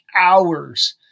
hours